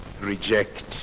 reject